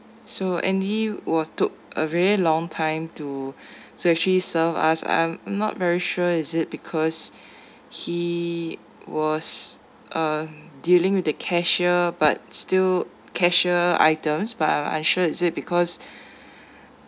so and he were took a very long time to to actually served us I'm not very sure is it because he was uh dealing with the cashier but still cashier items by I ensure is it because